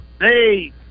Hey